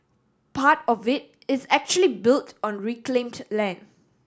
part of it is actually built on reclaimed land